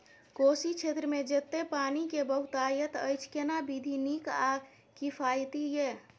कोशी क्षेत्र मे जेतै पानी के बहूतायत अछि केना विधी नीक आ किफायती ये?